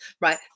right